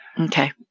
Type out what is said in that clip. Okay